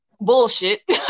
bullshit